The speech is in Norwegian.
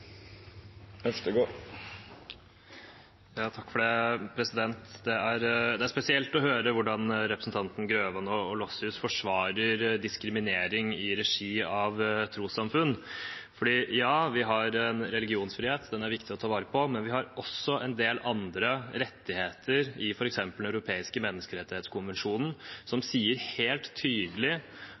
Øvstegård har hatt ordet to gonger tidlegare og får ordet til ein kort merknad, avgrensa til 1 minutt. Det er spesielt å høre hvordan representantene Grøvan og Lossius forsvarer diskriminering i regi av trossamfunn. Ja, vi har religionsfrihet, og den er viktig å ta vare på. Men vi har også en del andre rettigheter gjennom f.eks. Den europeiske menneskerettskonvensjon som sier helt tydelig